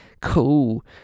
cool